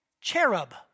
cherub